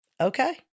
okay